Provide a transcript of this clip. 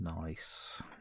Nice